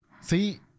See